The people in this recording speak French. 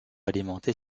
alimenter